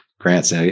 grants